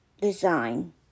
design